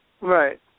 Right